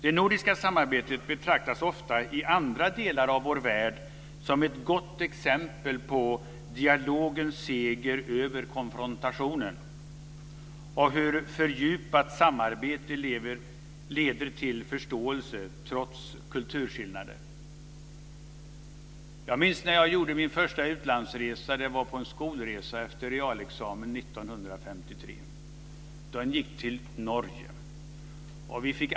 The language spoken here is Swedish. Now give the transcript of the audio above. Det nordiska samarbetet betraktas ofta i andra delar av vår värld som ett gott exempel på dialogens seger över konfrontationen och på hur ett fördjupat samarbete leder till förståelse, trots kulturskillnader. Jag minns när jag gjorde min första utlandsresa. Det var en skolresa efter realexamen 1953. Resan gick till Norge.